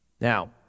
Now